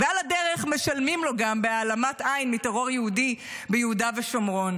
על הדרך משלמים לו גם בהעלמת עין מטרור יהודי ביהודה ושומרון